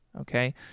Okay